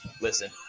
Listen